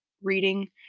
Reading